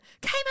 came